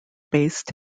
based